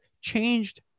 changed